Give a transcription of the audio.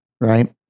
right